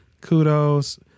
kudos